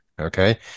okay